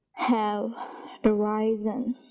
have arisen?